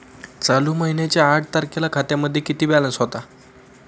चालू महिन्याच्या आठ तारखेला खात्यामध्ये किती बॅलन्स होता?